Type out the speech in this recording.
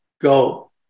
go